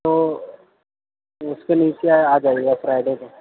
تو اس کے لیے کیا ہے آ جائے گا فرائیڈے کو